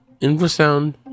infrasound